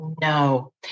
no